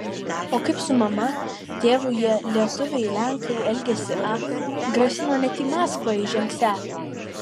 o kaip su mama tėvu jie lietuviai lenkai elgėsi a grasino net į maskvą įžengsią